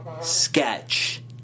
sketch